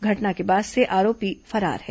घटना के बाद से आरोपी फरार है